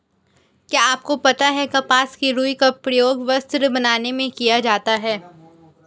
क्या आपको पता है कपास की रूई का प्रयोग वस्त्र बनाने में किया जाता है?